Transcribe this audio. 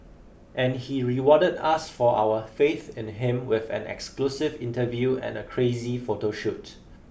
and he rewarded us for our faith in him with an exclusive interview and a crazy photo shoot